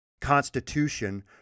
Constitution